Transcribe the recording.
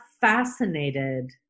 fascinated